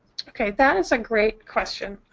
okay. that is a great question.